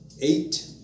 eight